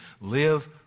Live